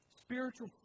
Spiritual